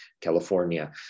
California